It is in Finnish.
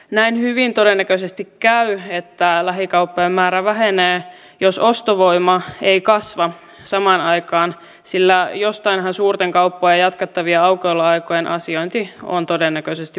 näin hyvin todennäköisesti käy että lähikauppojen määrä vähenee jos ostovoima ei kasva samaan aikaan sillä jostainhan suurten kauppojen jatkettavien aukioloaikojen asiointi on todennäköisesti pois